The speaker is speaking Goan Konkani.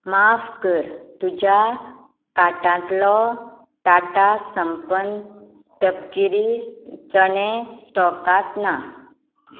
माफ कर तुज्या कार्टांतलो टाटा संपन्न तपकिरी चणे स्टॉकांत ना